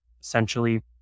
essentially